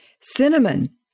Cinnamon